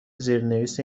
زیرنویس